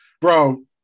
bro